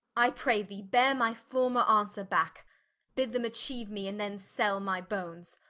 i pray thee beare my former answer back bid them atchieue me, and then sell my bones.